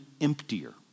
emptier